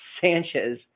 Sanchez